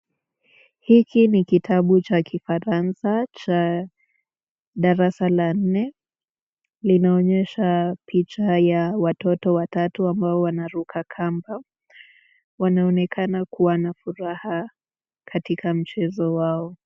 Hiki ni kitabu cha kifaransa cha darsa la nne, linaonyesha picha ya watoto watatu ambao wanaruka kamba wanaonekana kuwa wanafuraha katika mchezo wao.